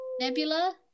Nebula